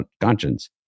conscience